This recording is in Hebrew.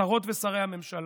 שרות ושרי הממשלה.